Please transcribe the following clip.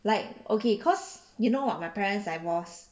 like okay cause you know [what] my parents divorce